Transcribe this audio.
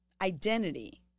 identity